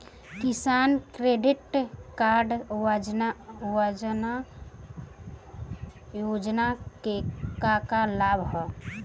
किसान credit card योजना के का का लाभ ह?